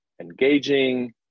engaging